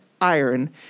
iron